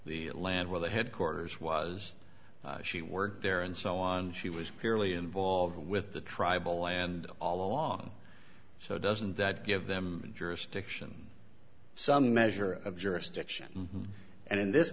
the land where the headquarters was she worked there and so on she was fairly involved with the tribal land all along so doesn't that give them jurisdiction some measure of jurisdiction and in this